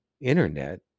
internet